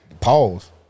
Pause